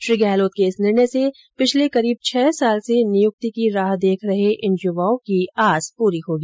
श्री गहलोत के इस निर्णय से पिछले करीब छह साल से नियुक्ति की राह देख रहे इन युवाओं की आस पूरी होगी